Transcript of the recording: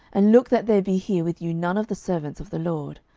and look that there be here with you none of the servants of the lord,